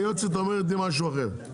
היועצת אומרת לי משהו אחר.